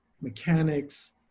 mechanics